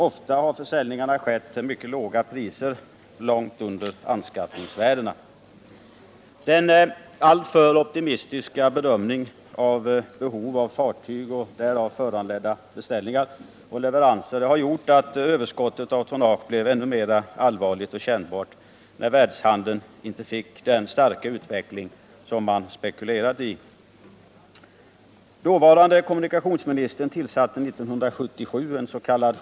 Ofta har försäljningarna skett till mycket låga priser, långt under anskaffningsvärdena. Den alltför optimistiska bedömningen av behovet av fartyg och därav föranledda beställningar och leveranser har gjort att överskottet på tonnage blev ännu mer allvarligt och kännbart när världshandeln inte fick den starka utveckling som man spekulerat i. Dåvarande kommunikationsministern tillsatte 1977 ens.k.